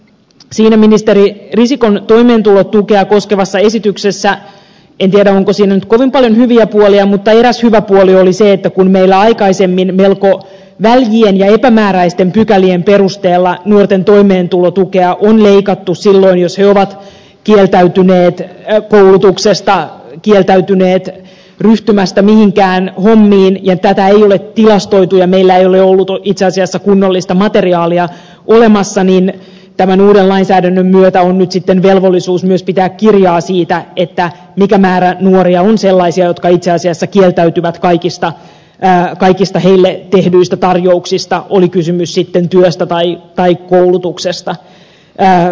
nythän siinä ministeri risikon toimeentulotukea koskevassa esityksessä en tiedä onko siinä nyt kovin paljon hyviä puolia mutta eräs hyvä puoli oli se että kun meillä aikaisemmin melko väljien ja epämääräisten pykälien perusteella nuorten toimeentulotukea on leikattu silloin jos he ovat kieltäytyneet koulutuksesta kieltäytyneet ryhtymästä mihinkään hommiin tätä ei ole tilastoitu ja meillä ei ole ollut itse asiassa kunnollista materiaalia olemassa niin tämän uuden lainsäädännön myötä on nyt sitten velvollisuus myös pitää kirjaa siitä mikä määrä nuorista on sellaisia jotka itse asiassa kieltäytyvät kaikista heille tehdyistä tarjouksista oli kysymys sitten työstä tai koulutuksesta